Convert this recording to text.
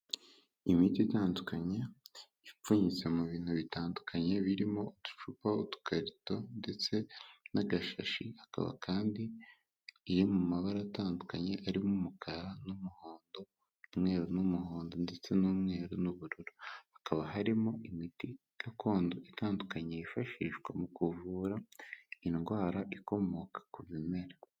Imiti itandukanye ipfunyitse mu bintu bitandukanye birimo uducupa, utukarito ndetse n'agashashi, akaba kandi iri mu mabara atandukanye arimo umukara n'umuhondo, umweru n'umuhondo ndetse n'umweru n'ubururu, hakaba harimo imiti gakondo itandukanye yifashishwa mu kuvura indwara ikomoka ku bimera.